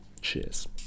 Cheers